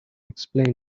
explain